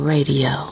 Radio